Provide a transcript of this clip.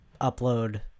upload